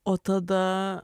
o tada